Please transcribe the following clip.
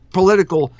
political